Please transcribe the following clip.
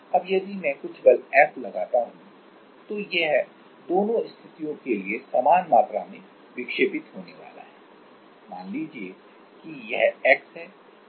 अब यदि मैं कुछ बल F लगाता हूं तो यह दोनों स्थितियों के लिए समान मात्रा में विक्षेपित होने वाला है मान लीजिए कि यह x है